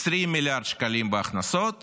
20 מיליארד שקלים בהכנסות